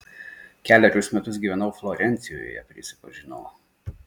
kelerius metus gyvenau florencijoje prisipažinau